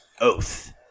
oath